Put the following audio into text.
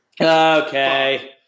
Okay